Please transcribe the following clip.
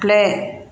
play